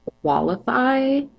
qualify